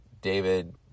David